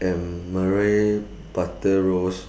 and Murray Buttrose